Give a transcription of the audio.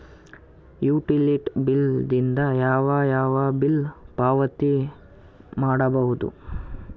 Utility bill ದಿಂದ ಯಾವ ಯಾವ ಬಿಲ್ ಪಾವತಿ ಮಾಡಬಹುದು?